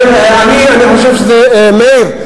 מאיר,